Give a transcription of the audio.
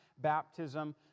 baptism